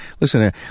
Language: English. listen